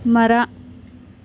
ಮರ